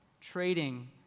Trading